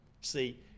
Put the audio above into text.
See